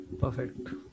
Perfect